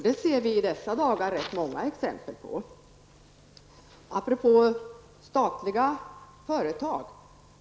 Det kan man i dessa dagar se rätt många exempel på.